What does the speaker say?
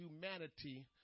humanity